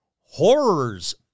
horrors